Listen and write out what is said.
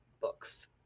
books